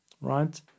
Right